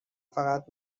فقط